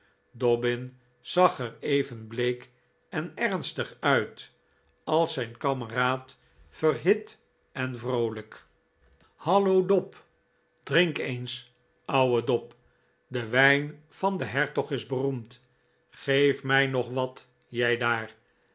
zag er even bleek en ernstig uit als zijn kameraad verhit en vroolijk hallo dob drink eens ouwe dob de wijn van den hertog is beroemd geef mij nog wat jij daar